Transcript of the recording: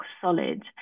solid